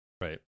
Right